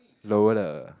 lower the